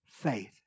faith